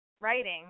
writing